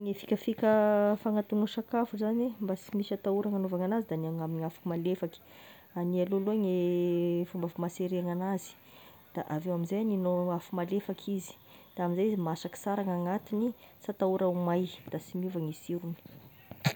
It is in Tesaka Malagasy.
Ny fikafika fagnatogno sakafo zagny, mba sy misy atahoragna agnaovagna anazy, de agnia amin'ny afo malefaky agnia aloha ny fomba fimaserena anazy, da avy eo amin'izay agninao afo malefaky izy, de amin'izay masaky sara gn'agnatigny, sy atahora ho may da sy miova gny sirogny.